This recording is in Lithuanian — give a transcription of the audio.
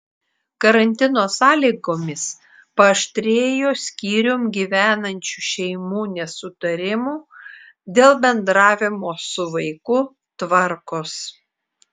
karantino sąlygomis paaštrėjo skyrium gyvenančių šeimų nesutarimų dėl bendravimo su vaiku tvarkos